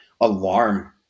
alarm